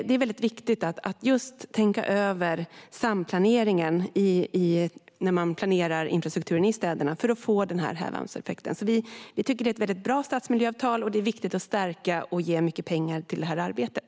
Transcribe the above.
Det är viktigt att tänka över samplaneringen när man planerar infrastrukturen i städerna, för att få hävarmseffekten. Vi tycker att det är bra stadsmiljöavtal. Det är viktigt att stärka dem och att ge mycket pengar till det arbetet.